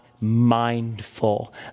mindful